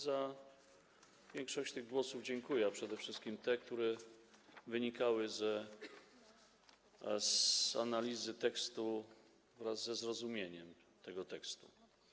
Za większość tych głosów dziękuję, a przede wszystkim za te, które wynikały z analizy tekstu wraz ze zrozumieniem tego tekstu.